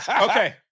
Okay